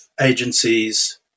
agencies